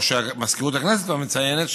או מזכירות הכנסת מציינת,